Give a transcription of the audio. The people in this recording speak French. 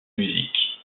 musique